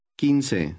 quince